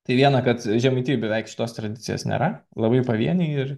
tai viena kad žemaitijoje beveik tos tradicijos nėra labai pavieniai ir